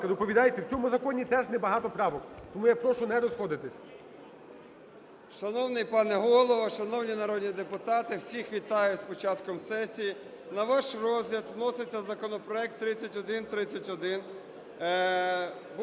В цьому законі теж небагато правок, тому я прошу не розходитись.